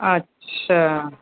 અચ્છા